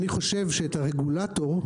אני חושב שאת הרגולטור,